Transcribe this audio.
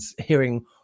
hearing